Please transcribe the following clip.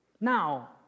Now